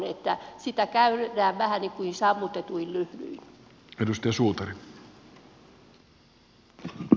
että sitä käydään vähän niin kuin sammutetuin lyhdyin